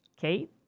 Kate